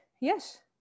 yes